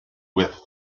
with